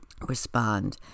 respond